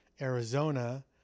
arizona